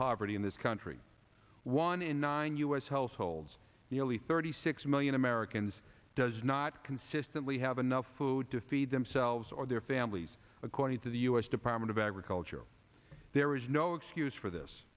poverty in this country one in nine u s households nearly thirty six million americans does not consistently have enough food to feed themselves or their families according to the u s department of agriculture there is no excuse for this